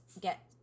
get